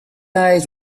eyes